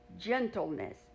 gentleness